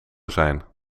zijn